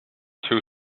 two